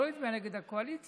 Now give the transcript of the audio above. הוא לא הצביע נגד הקואליציה,